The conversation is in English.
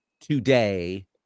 today